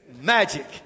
Magic